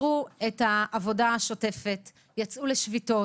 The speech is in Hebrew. עצרו את העבודה השוטפת, יצאו לשביתות,